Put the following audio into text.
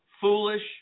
foolish